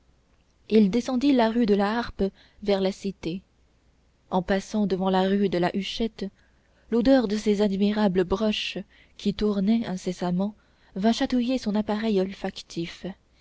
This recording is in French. il descendit la rue de la harpe vers la cité en passant devant la rue de la huchette l'odeur de ces admirables broches qui tournaient incessamment vint chatouiller son appareil olfactif